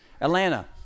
Atlanta